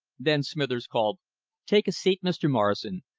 then smithers called take a seat, mr. morrison.